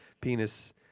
penis